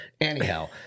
Anyhow